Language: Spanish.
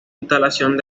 instalación